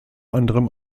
anderem